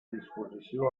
disposició